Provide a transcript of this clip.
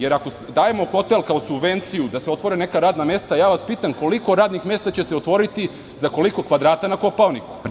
Jer, ako dajemo hotel kao subvenciju da se otvore neka radna mesta, ja vas pitam koliko radnih mesta će se otvoriti, za koliko kvadrata, na Kopaoniku? (Predsednik: Vreme.) Hvala.